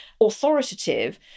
authoritative